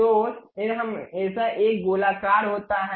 तो सिर हमेशा एक गोलाकार होता है